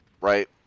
Right